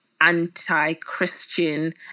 anti-christian